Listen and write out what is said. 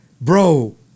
Bro